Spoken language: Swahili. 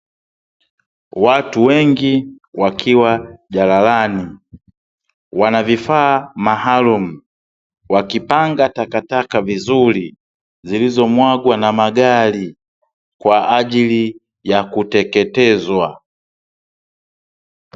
Watu wengi wakiwa jalalani wana vifaa maalum wakipanga takataka vizuri zilizomwagwa na magari kwa ajili ya kuteketezwa .